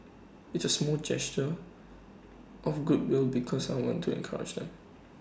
it's A small gesture of goodwill because I want to encourage them